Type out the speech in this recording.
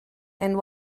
and